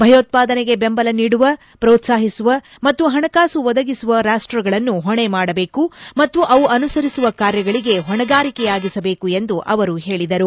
ಭಯೋತ್ವಾನೆಗೆ ಬೆಂಬಲ ನೀಡುವ ಪ್ರೋತ್ಸಾಹಿಸುವ ಮತ್ತು ಪಣಕಾಸು ಒದಗಿಸುವ ರಾಷ್ಷಗಳನ್ನು ಹೊಣೆ ಮಾಡಬೇಕು ಮತ್ತು ಅವು ಅನುಸರಿಸುವ ಕಾರ್ಯಗಳಿಗೆ ಹೊಣೆಯಾಗಿಸಬೇಕು ಎಂದು ಅವರು ಹೇಳಿದರು